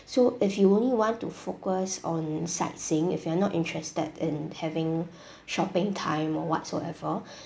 so if you only want to focus on sightseeing if you're not interested in having shopping time or whatsoever